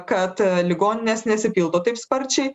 kad ligoninės nesipildo taip sparčiai